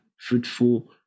fruitful